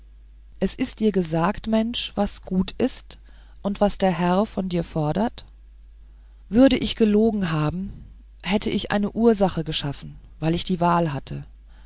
es ist dir gesagt mensch was gut ist und was der herr von dir fordert würde ich gelogen haben hätte ich eine ursache geschaffen weil ich die wahl hatte